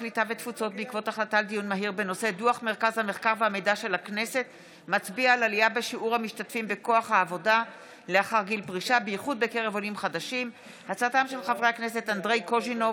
הקליטה והתפוצות בעקבות דיון מהיר בהצעתם של חברי הכנסת אנדרי קוז'ינוב,